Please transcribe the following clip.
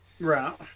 Right